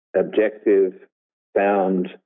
objective-bound